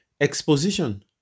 Exposition